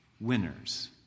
winners